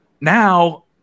Now